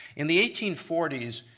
in the eighteen forty s,